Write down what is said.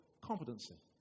Competency